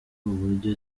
uburyo